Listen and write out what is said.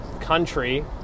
country